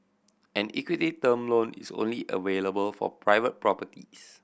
an equity term loan is only available for private properties